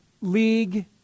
League